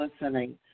listening